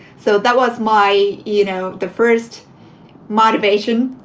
so that was my, you know, the first motivation